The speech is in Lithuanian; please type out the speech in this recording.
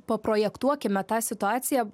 paprojektuokime tą situaciją